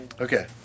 okay